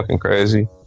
crazy